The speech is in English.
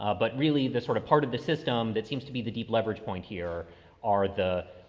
ah but really this sort of part of the system that seems to be the deep leverage point here are the,